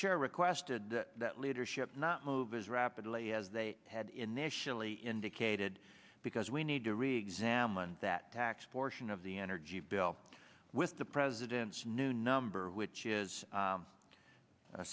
chair requested that leadership not move as rapidly as they had initially indicated because we need to reexamine that tax portion of the energy bill with the president's new number which is